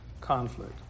conflict